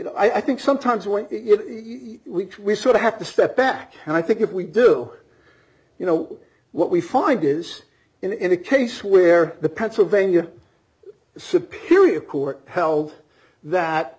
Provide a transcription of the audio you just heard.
know i think sometimes when we sort of have to step back and i think if we do you know what we find is in a case where the pennsylvania superior court held that